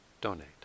donate